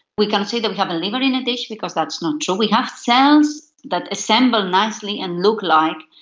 we can't say that we have a liver in a dish because that's not true. we have cells that assemble nicely and look like,